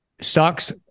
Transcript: stocks